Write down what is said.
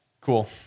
cool